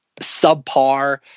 subpar